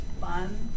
fun